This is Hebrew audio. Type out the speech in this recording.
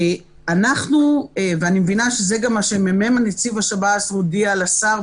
אנחנו ואני מבינה שזה גם מ"מ נציב השב"ס הודיע לשר,